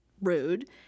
rude